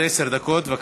עד עשר דקות, בבקשה.